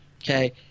Okay